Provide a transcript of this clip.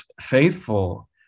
faithful